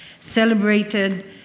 celebrated